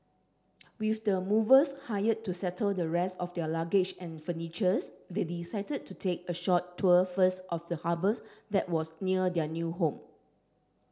with the movers hired to settle the rest of their luggage and furnitures they decided to take a short tour first of the harbours that was near their new home